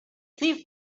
thief